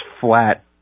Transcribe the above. flat